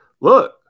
look